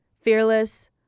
Fearless